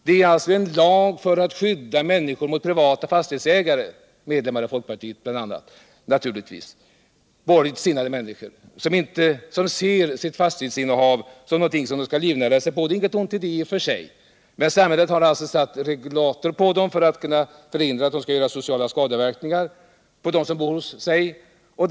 Det är alltså en lag för att skydda människor mot privata fastighetsägare, bl.a. medlemmar i folkpartiet naturligtvis, borgerligt sinnade människor som ser sitt fastighetsinnehav som något de skall livnära sig på. Det är inget ont i det i och för sig, men samhället har satt en regulator på dem för att kunna förhindra att de åstadkommer sociala skadeverkningar för dem som bor i deras fastigheter.